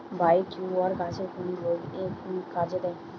Biocure গাছের কোন রোগে কাজেদেয়?